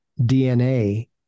DNA